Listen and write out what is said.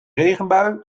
regenbui